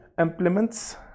implements